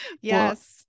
Yes